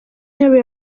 w’intebe